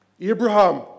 Abraham